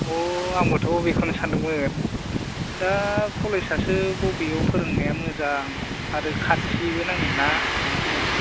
अह आंबोथ' बेखौनो सान्दोंमोन दा कलेजआसो बबेयाव फोरोंनाया मोजां आरो खाथिबो नांगोन ना थांहोनो